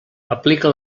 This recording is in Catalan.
aplica